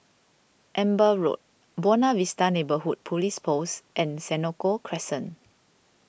Amber Road Buona Vista Neighbourhood Police Post and Senoko Crescent